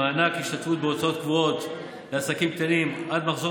מענק השתתפות בהוצאות קבועות לעסקים קטנים עד מחזור